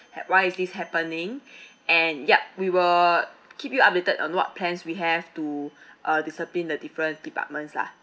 why is this happening and ya we will keep you updated on what plans we have to uh discipline the different departments lah